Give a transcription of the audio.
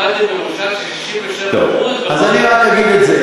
קיבלתם ירושה של 67% טוב, אז אני רק אגיד את זה.